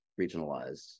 regionalized